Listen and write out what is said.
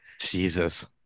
Jesus